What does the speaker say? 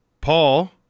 Paul